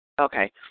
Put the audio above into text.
Okay